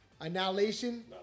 Annihilation